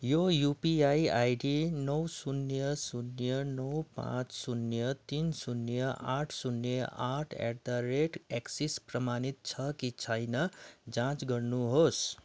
यो UPI ID नौ शून्य शून्य नौ पाँच शून्य तिन शून्य आठ शून्य आठ एट द रेट एक्सिस प्रमाणित छ कि छैन जाँच गर्नुहोस्